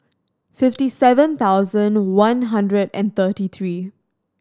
fifty seven thousand one hundred and thirty three